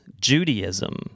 Judaism